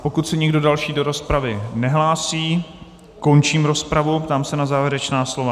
Pokud se nikdo další do rozpravy nehlásí, končím rozpravu a ptám se na závěrečná slova.